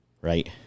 right